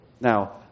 Now